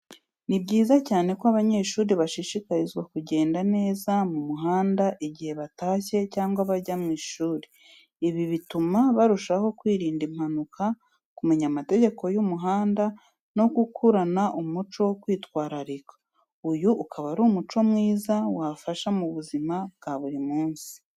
Ni byiza cyane ko abanyeshuri bashishikarizwa kugenda neza mu muhanda igihe batashye cyangwa bajya ku ishuri. Ibi bituma barushaho kwirinda impanuka, kumenya amategeko y’umuhanda, no gukurana umuco wo kwitwararika, uyu akaba ari umuco mwiza wabafasha mu buzima bwa buri munsi.